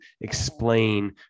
explain